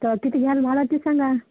तर किती घ्याल भाडं ते सांगा